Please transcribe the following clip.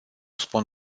spun